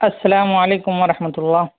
السلام علیکم و رحمتہ اللہ